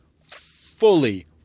fully